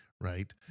right